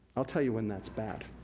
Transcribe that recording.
i'll tell you when that's bad.